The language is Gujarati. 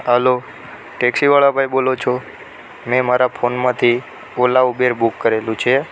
હાલો ટેક્સીવાળા ભાઈ બોલો છો મેં મારા ફોનમાંથી ઓલા ઉબેર બુક કરેલું છે